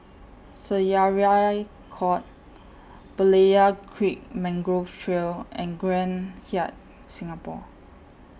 Syariah Court Berlayer Creek Mangrove Trail and Grand Hyatt Singapore